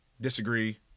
disagree